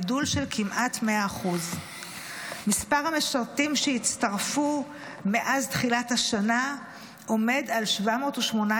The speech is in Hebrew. גידול של כמעט 100%. מספר המשרתים שהצטרפו מאז תחילת השנה עומד על 718,